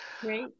Great